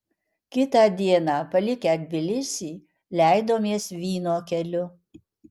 kitą dieną palikę tbilisį leidomės vyno keliu